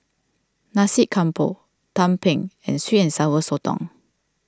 Nasi Campur Tumpeng and Sweet and Sour Sotong